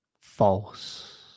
False